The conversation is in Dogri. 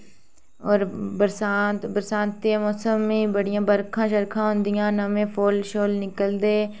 होर बरसांत बरसांती दे मौसम बड़ियां बर्खा होंदियां नमें फुल्ल निकलदे